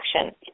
action